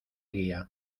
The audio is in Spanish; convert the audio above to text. guía